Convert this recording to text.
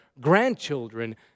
grandchildren